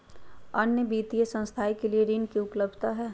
अन्य वित्तीय संस्थाएं के लिए ऋण की उपलब्धता है?